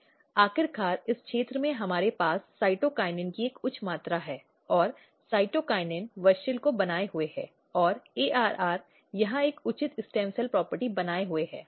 आखिरकार इस क्षेत्र में हमारे पास साइटोकिनिन की एक उच्च मात्रा है और साइटोकिनिन WUSCHEL को बनाए हुए है और ARR यहां एक उचित स्टेम सेल प्रॉपर्टी बनाए हुए है